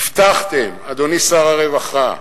הבטחתם, אדוני שר הרווחה,